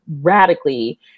radically